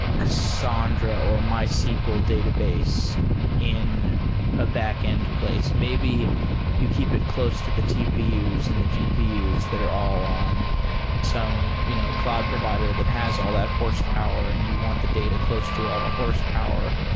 cassandra or mysql database in a backend place. maybe you keep it close to the tp use and the gp use that are all on some you know cloud provider that has all that horsepower and you want the data close to all the horsepower.